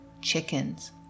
Chickens